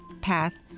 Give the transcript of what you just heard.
path